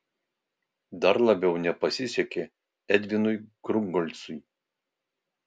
dar labiau nepasisekė edvinui krungolcui